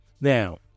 Now